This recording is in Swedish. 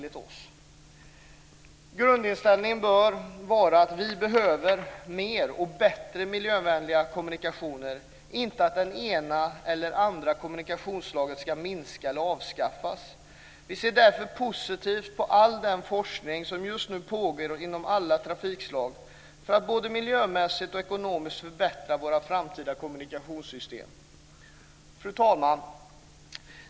Grundinställningen bör vara att vi behöver fler och bättre miljövänliga kommunikationer - inte att det ena eller andra kommunikationsslaget ska minska eller avskaffas. Vi ser därför positivt på all den forskning som just nu pågår inom alla trafikslag för att både miljömässigt och ekonomiskt förbättra våra framtida kommunikationssystem. Fru talman!